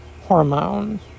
Hormone